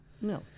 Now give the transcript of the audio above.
No